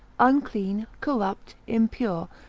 unclean, corrupt, impure,